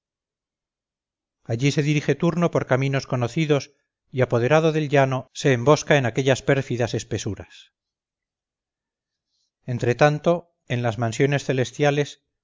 allí se dirige turno por caminos conocidos y apoderado del llano se embosca en aquellas pérfidas espesuras entre tanto en las mansiones celestiales